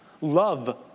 love